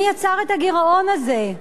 מי יצר את הגירעון הזה.